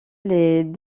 les